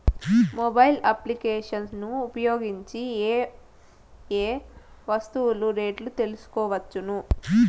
Mobile applications ను ఉపయోగించి ఏ ఏ వస్తువులు రేట్లు తెలుసుకోవచ్చును?